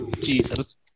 Jesus